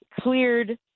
cleared